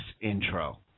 intro